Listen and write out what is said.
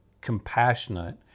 compassionate